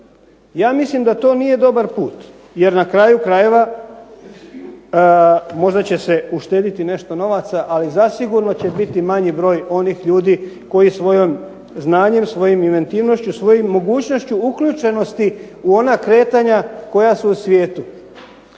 Ja mislim da to nije dobar put, jer na kraju krajeva možda će se uštediti nešto novaca, ali zasigurno će biti manji broj onih ljudi koji svojim znanjem, svojom inventivnošću, svojom mogućnošću uključenosti u ona kretanja koja su u svijetu,